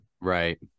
Right